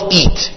eat